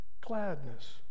gladness